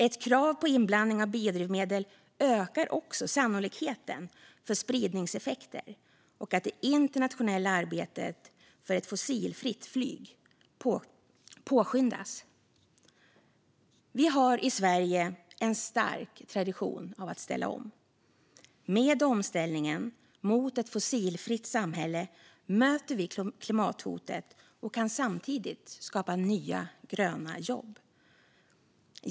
Ett krav på inblandning av biodrivmedel ökar också sannolikheten för spridningseffekter och för att det internationella arbetet för ett fossilfritt flyg påskyndas. Vi har i Sverige en stark tradition av att ställa om. Med omställningen till ett fossilfritt samhälle möter vi klimathotet och kan samtidigt skapa nya gröna jobb.